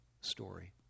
story